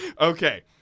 Okay